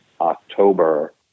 October